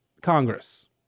Congress